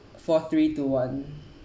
four three two one